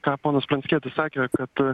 ką ponas pranckietis sakė kad